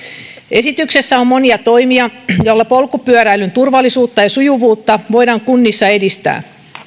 esityksessä on monia toimia joilla polkupyöräilyn turvallisuutta ja sujuvuutta voidaan kunnissa edistää